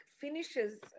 finishes